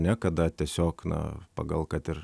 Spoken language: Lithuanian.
ne kada tiesiog na pagal kad ir